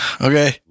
Okay